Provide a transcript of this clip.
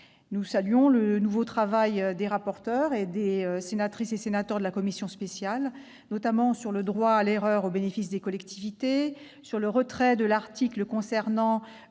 Nous saluons le nouveau travail des rapporteurs et des sénatrices et sénateurs de la commission spéciale, notamment sur le droit à l'erreur au bénéfice des collectivités ou sur la suppression de l'article concernant